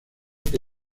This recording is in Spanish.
que